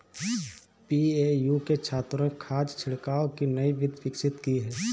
BAU के छात्रों ने खाद छिड़काव की नई विधि विकसित की है